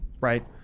right